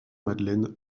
madeleine